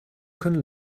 can